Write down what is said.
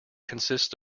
consists